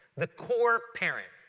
the core parent.